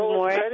more